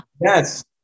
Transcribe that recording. Yes